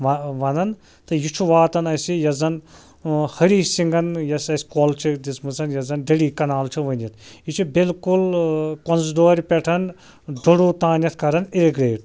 وَنان تہٕ یہِ چھُ واتان اَسہِ یۄس زَن ۂری سِنٛگھَن یۄس اَسہِ کۄل چھِ دِژمٕژ یَتھ زَن دٔڈی کَنال چھِ ؤنِتھ یہِ چھِ بِلکُل کۄنٛزدورِ پٮ۪ٹھ دُروٗ تانٮ۪تھ کران اے گرٛیڈ